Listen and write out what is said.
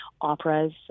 operas